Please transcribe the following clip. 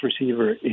receiver